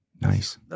Nice